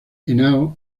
henao